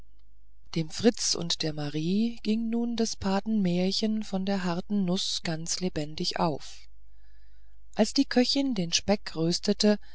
dem fritz und der marie ging nun des paten märchen von der harten nuß ganz lebendig auf als die köchin den speck